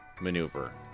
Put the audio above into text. maneuver